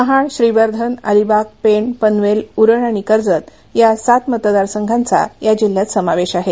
महाड श्रीवर्धन अलिबागपेण पनवेल उरण आणि कर्जत या सात मतदार सघांचा या जिल्ह्यात समावेश आहे